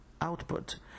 output